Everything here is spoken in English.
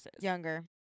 Younger